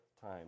time